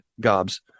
gobs